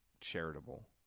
charitable